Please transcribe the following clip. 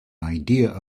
idea